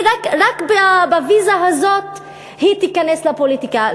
רק בוויזה הזאת היא תיכנס לפוליטיקה,